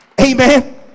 amen